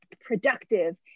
productive